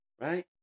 right